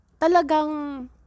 talagang